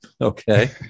Okay